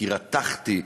כי רתחתי,